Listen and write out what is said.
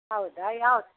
ಹೌದಾ ಯಾವ್ದು